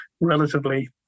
relatively